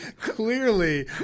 Clearly